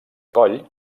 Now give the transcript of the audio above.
coll